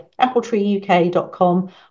appletreeuk.com